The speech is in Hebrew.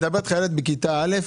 אני מדבר איתך על ילד בכיתה א'.